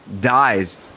dies